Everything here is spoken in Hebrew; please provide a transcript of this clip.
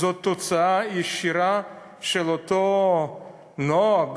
זאת תוצאה ישירה של אותו נוהג,